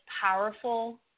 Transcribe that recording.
powerful